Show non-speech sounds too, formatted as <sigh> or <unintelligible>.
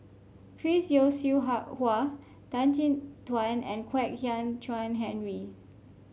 Chris Yeo Siew <unintelligible> Hua Tan Chin Tuan and Kwek Hian Chuan Henry